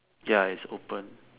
ya it's open